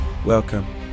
Welcome